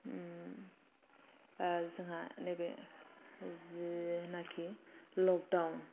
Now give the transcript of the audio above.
जोंहा नैबे जिनाकि लकदाउन